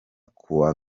kuwa